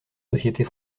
sociétés